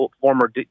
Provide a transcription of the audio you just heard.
former